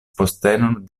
postenon